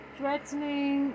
threatening